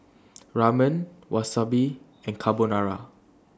Ramen Wasabi and Carbonara